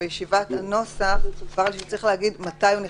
ובישיבת הנוסח דובר על כך שצריך להגיד מתי הוא נכנס.